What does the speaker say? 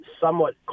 somewhat